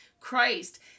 Christ